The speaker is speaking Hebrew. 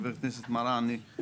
חה"כ מראענה,